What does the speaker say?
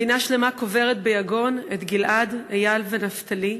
מדינה שלמה קוברת ביגון את גיל-עד, איל ונפתלי.